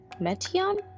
Metion